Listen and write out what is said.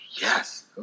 Yes